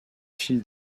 file